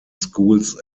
schools